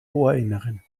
ohrinneren